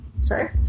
Sorry